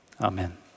amen